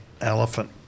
elephant